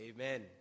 Amen